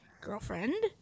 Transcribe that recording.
girlfriend